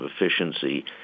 efficiency